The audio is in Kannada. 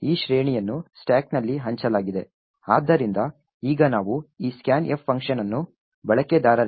ಆದ್ದರಿಂದ ಈಗ ನಾವು ಈ scanf ಫಂಕ್ಷನ್ ಅನ್ನು ಬಳಕೆದಾರರಿಂದ ಸ್ಟ್ರಿಂಗ್ ಅನ್ನು ಓದುತ್ತೇವೆ